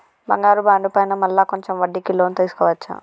బంగారు బాండు పైన మళ్ళా కొంచెం వడ్డీకి లోన్ తీసుకోవచ్చా?